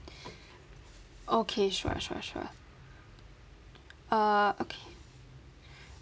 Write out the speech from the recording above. okay sure sure sure err okay